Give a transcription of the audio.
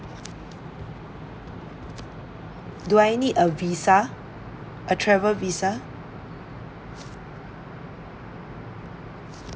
do I need a visa a travel visa